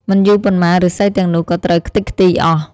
មិនយូរប៉ុន្មានឫស្សីទាំងនោះក៏ត្រូវខ្ទេចខ្ទីអស់។